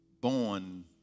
born